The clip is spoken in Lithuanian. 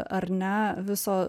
ar ne viso